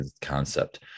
concept